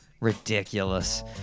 Ridiculous